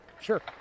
sure